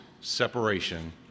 separation